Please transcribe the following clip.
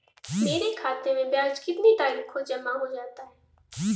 मेरे खाते में ब्याज कितनी तारीख को जमा हो जाता है?